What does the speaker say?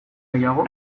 gehiago